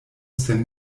sen